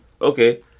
Okay